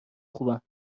خوبم